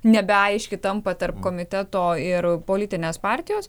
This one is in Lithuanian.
nebeaiški tampa tarp komiteto ir politinės partijos